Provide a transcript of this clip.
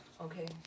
Okay